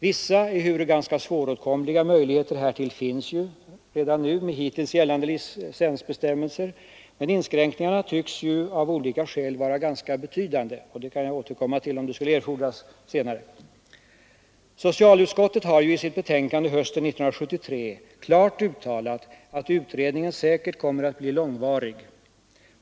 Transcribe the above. Vissa, ehuru ganska små, möjligheter därtill finns redan med hittills gällande licensbestämmelser, men inskränkningarna tycks av olika skäl vara ganska betydande, och det kan jag återkomma till senare, om det skulle erfordras. Socialutskottet har i sitt betänkande hösten 1973 klart uttalat att utredningen säkert kommer att bli långvarig.